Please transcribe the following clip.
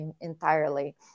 entirely